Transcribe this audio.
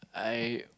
I